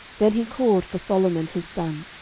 then he called for solomon his son,